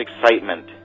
excitement